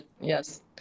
yes